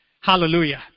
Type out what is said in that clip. Hallelujah